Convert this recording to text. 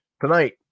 tonight